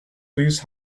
these